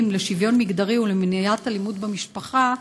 לשוויון מגדרי ולמניעת אלימות במשפחה,